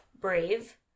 brave